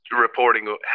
reporting